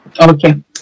Okay